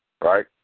right